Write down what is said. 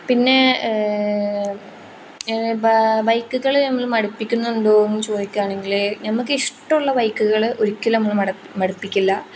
പിന്നെ ബൈക്കുകൾ നമ്മൾ മടുപ്പിക്കുന്നുണ്ടോ എന്ന് ചോദിക്കുകയാണെങ്കിൽ നമ്മൾക്ക് ഇഷ്ടം ഉള്ള ബൈക്കുകൾ ഒരിക്കലും നമ്മളെ മടുപ്പിക്കില്ല